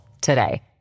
today